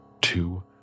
two